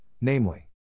namely